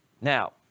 now